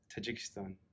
Tajikistan